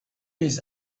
his